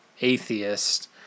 atheist